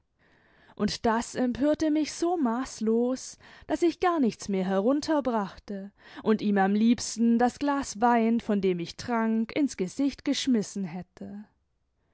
und das empörte mich so maßlos daß ich gar nichts mehr herunter brachte und ihm am liebsten das glas wein von dem ich trank ins gesicht geschmissen hätte